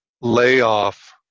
layoff